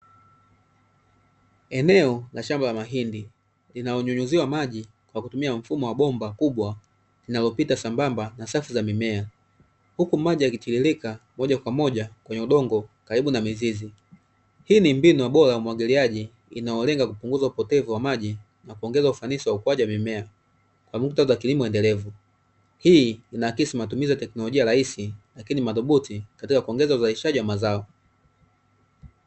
Eneo la shamba la mahindi, linalonyunyuziwa maji kwa kutumia mfumo wa bomba kubwa linalopita sambamba na safu za mimea, huku maji yakitiririka moja kwa moja kwenye udongo karibu na mizizi. Hii ni mbinu bora ya umwagiliaji inayolenga kupunguza upotevu wa maji na kuongeza ufanisi wa ukuaji wa mimea kwa muktadha wa kilimo endelevu. Hii inaakisi matumizi ya tekinolojia rahisi, lakini madhubuti katika kuongeza uzalishaji wa mazao.